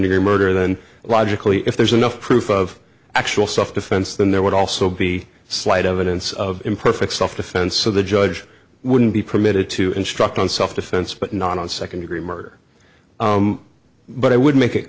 degree murder then logically if there's enough proof of actual self defense then there would also be slight evidence of imperfect self defense so the judge wouldn't be permitted to instruct on self defense but not on second degree murder but i would make it